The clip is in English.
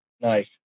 Nice